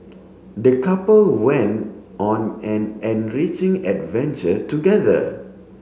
the couple went on an enriching adventure together